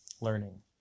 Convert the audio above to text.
learning